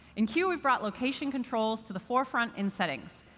in q, we've brought location controls to the forefront in settings.